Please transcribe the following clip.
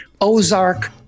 Ozark